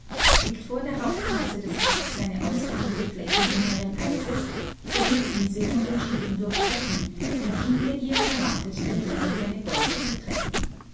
liegt vor der hauptmasse des packs eine ausgedehnte fläche jüngeren eises so wird diese von den schiffen durchbrochen denn hinter ihr erwartet der jäger seine beute zu treffen